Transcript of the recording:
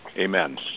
Amen